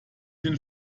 den